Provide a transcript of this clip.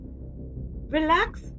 Relax